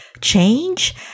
change